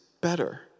better